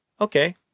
okay